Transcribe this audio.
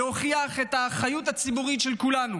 להוכיח את האחריות הציבורית של כולנו